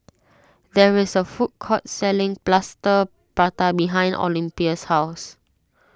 there is a food court selling Plaster Prata behind Olympia's house